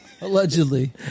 Allegedly